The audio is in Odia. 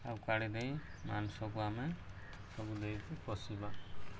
ଆଉ କାଢ଼ି ଦେଇ ମାଂସକୁ ଆମେ ସବୁ ଦେଇକି କଷିବା